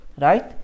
Right